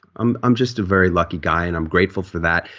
i'm i'm just a very lucky guy and i'm grateful for that.